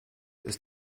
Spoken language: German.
ist